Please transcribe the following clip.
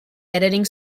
editing